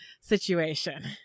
situation